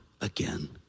again